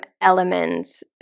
elements